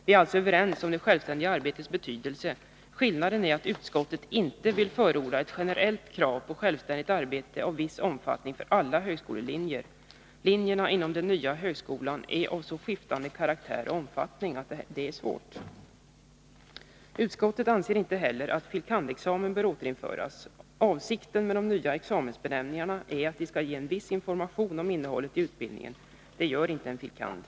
Vi är alltså överens om det självständiga arbetets betydelse. Meningsskillnaden ligger i att utskottets majoritet inte vill förorda ett generellt krav på självständigt arbete av viss omfattning för alla högskolelinjer. Linjerna inom den nya högskolan är av så skiftande karaktär och omfattning att det är svårt. Utskottets majoritet anser inte heller att fil. kand.-examen bör återinföras. Avsikten med de nya examensbenämningarna är att de skall ge en viss information om innehållet i utbildningen. Det gör inte en fil. kand.